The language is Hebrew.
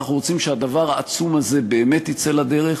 ואנחנו רוצים שהדבר העצום הזה באמת יצא לדרך.